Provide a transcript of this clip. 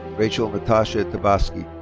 rachel natasha tabasky.